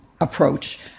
approach